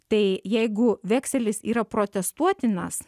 tai jeigu vekselis yra protestuotinas